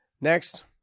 Next